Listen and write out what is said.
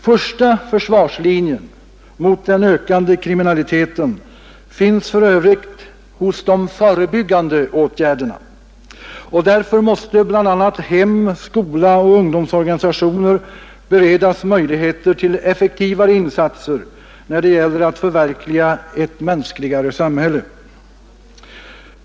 Första försvarslinjen mot den ökande kriminaliteten finns för övrigt hos de förebyggande åtgärderna, och därför måste bl.a. hem, skola och ungdomsorganisationer beredas möjligheter till effektivare insatser när det gäller att förverkliga ett mänskligare samhälle.